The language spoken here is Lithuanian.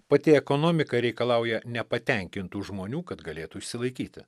pati ekonomika reikalauja nepatenkintų žmonių kad galėtų išsilaikyti